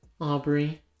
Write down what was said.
Aubrey